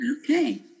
Okay